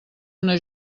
una